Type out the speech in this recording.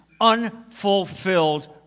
unfulfilled